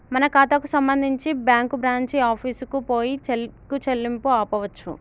మన ఖాతాకు సంబంధించి బ్యాంకు బ్రాంచి ఆఫీసుకు పోయి చెక్ చెల్లింపును ఆపవచ్చు